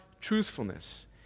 truthfulness